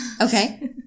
Okay